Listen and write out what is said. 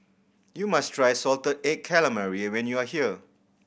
you must try salted egg calamari when you are here